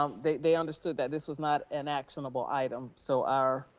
they they understood that this was not an actionable item. so our